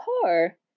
car